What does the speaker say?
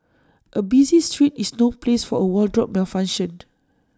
A busy street is no place for A wardrobe malfunction